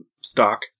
stock